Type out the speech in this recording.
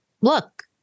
Look